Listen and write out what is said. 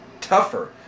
tougher